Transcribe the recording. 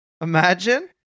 imagine